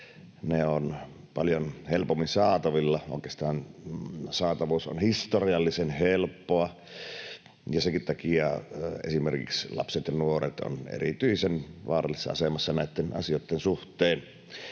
ne ovat paljon helpommin saatavilla. Oikeastaan saatavuus on historiallisen helppoa, ja senkin takia esimerkiksi lapset ja nuoret ovat erityisen vaarallisessa asemassa näitten asioitten suhteen.